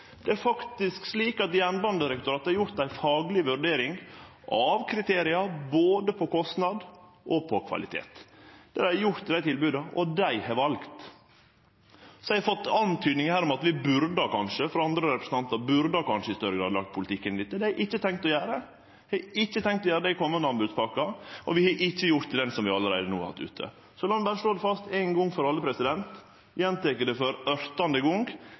Det er faktisk slik at Jernbanedirektoratet har gjort ei fagleg vurdering av kriteria, både av kostnad og av kvalitet. Det har dei gjort i desse tilboda, og dei har valt. Så har eg her fått hint frå andre representantar om at vi kanskje i større grad burde ha lagt politikk inn i dette. Det har eg ikkje tenkt å gjere. Vi har ikkje tenkt å gjere det i komande anbodspakker, og vi har ikkje gjort det i ho som vi allereie har hatt ute. Lat meg berre slå det fast ein gong for alle – og eg gjentek det for ørtande gong: